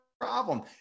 problem